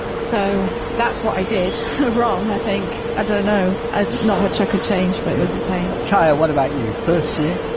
so, that's what i did wrong i think, i don't know, not much i could change but it was a pain kaya, what about you, first year?